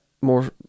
more